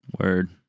Word